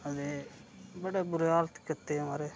अते बड़ी बुरी हालत कीती महाराज